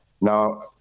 Now